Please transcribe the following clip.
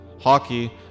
hockey